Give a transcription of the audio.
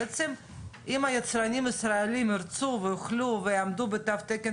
בעצם אם היצרנים הישראלים ירצו ויוכלו ויעמדו בתו תקן